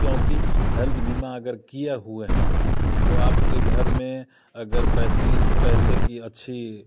क्योंकि हेल्थ बीमा अगर किया हुआ है आप तो आपके घर में अगर पैसी पैसे की अच्छी